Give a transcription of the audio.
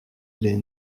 les